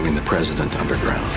the president underground